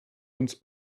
uns